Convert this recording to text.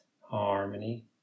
harmony